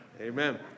Amen